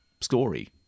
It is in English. story